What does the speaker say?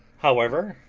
however,